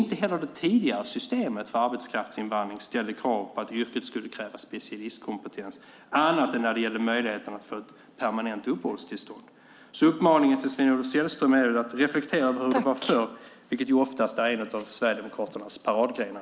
Inte heller det tidigare systemet för arbetskraftsinvandring ställde krav på att yrket skulle kräva specialistkompetens annat än när det gällde möjligheten att få permanent uppehållstillstånd. Uppmaningen till Sven-Olof Sällström är: Reflektera över hur det var förr, vilket ju ofta är en av Sverigedemokraternas paradgrenar.